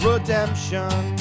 Redemption